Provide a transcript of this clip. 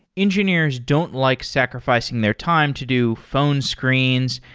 engineers don't like sacrifi cing their time to do phone screens,